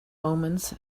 omens